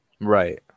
Right